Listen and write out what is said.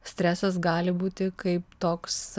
stresas gali būti kaip toks